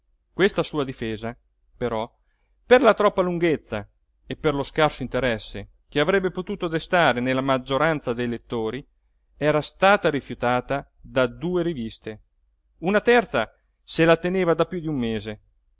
questa sua difesa però per la troppa lunghezza e per lo scarso interesse che avrebbe potuto destare nella maggioranza dei lettori era stata rifiutata da due riviste una terza se la teneva da piú d'un mese